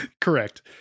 Correct